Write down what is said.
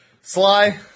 Sly